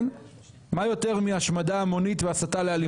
מה יותר מהשמדה המונית והסתה לאלימות?